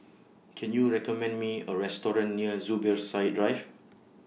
Can YOU recommend Me A Restaurant near Zubir Side Drive